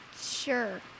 Sure